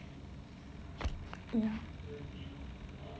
mm